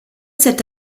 cet